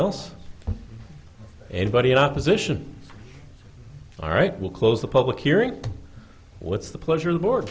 else anybody in opposition all right will close the public hearing what's the pleasure the board